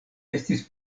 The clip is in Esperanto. estis